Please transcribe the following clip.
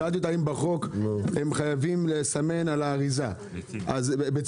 שאלתי אותה אם בחוק הם חייבים לסמן על האריזה ביצים,